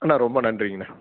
அண்ணா ரொம்ப நன்றிங்கண்ணா